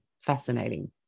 Fascinating